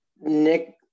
Nick